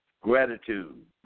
gratitude